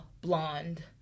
blonde